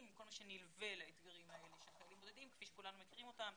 וכל מה שנלווה לאתגרים האלה של החיילים הבודדים כפי שכולנו מכירים אותם